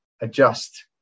adjust